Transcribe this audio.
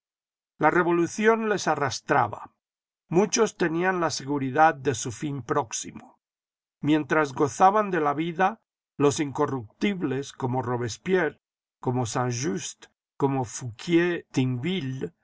la revolución les arrastraba muchos tenían la seguridad de su ñn próximo mientras gozaban de la vida los incorruptibles como robespierre como saint just como fouquier thinville